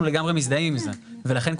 אנחנו לגמרי מזדהים עם זה ולכן,